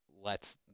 lets